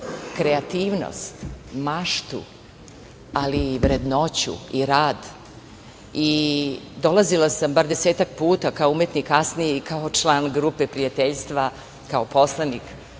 kreativnost, maštu, ali i vrednoću i rad. Dolazila sam bar desetak puta kao umetnik kasnije i kao član grupe prijateljstva, kao poslanik